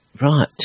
Right